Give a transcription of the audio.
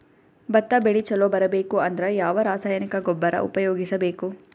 ಭತ್ತ ಬೆಳಿ ಚಲೋ ಬರಬೇಕು ಅಂದ್ರ ಯಾವ ರಾಸಾಯನಿಕ ಗೊಬ್ಬರ ಉಪಯೋಗಿಸ ಬೇಕು?